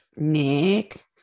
Nick